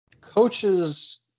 Coaches